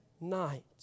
night